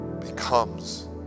becomes